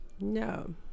No